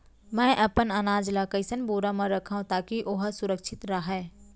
मैं अपन अनाज ला कइसन बोरा म रखव ताकी ओहा सुरक्षित राहय?